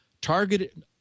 targeted